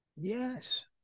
Yes